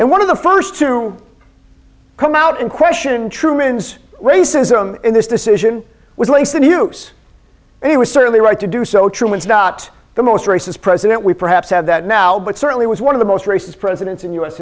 and one of the first to come out and question truman's racism in this decision was released the news and he was certainly right to do so truman's not the most racist president we perhaps have that now but certainly was one of the most racist presidents in u